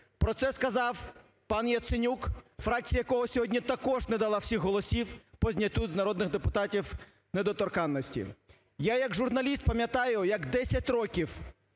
про це сказав пан Яценюк, фракція якого також не дала всіх голосів по зняттю з народних депутатів недоторканності. Я як журналіст пам'ятаю, як 10 років